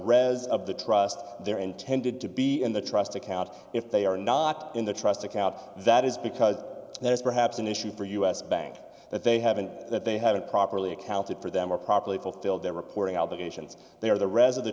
rez of the trust they're intended to be in the trust account if they are not in the trust account that is because there is perhaps an issue for us bank that they have and that they haven't properly accounted for them or properly fulfilled their reporting obligations they are the re